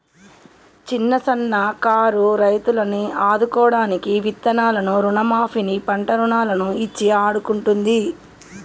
చిన్న సన్న కారు రైతులను ఆదుకోడానికి విత్తనాలను రుణ మాఫీ ని, పంట రుణాలను ఇచ్చి ఆడుకుంటుంది